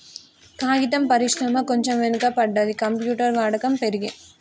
కాగితం పరిశ్రమ కొంచెం వెనక పడ్డది, కంప్యూటర్ వాడకం పెరిగి